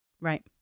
Right